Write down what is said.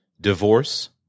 divorce